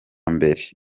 mbere